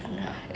ya